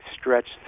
stretched